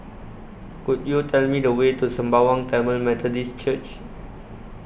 Could YOU Tell Me The Way to Sembawang Tamil Methodist Church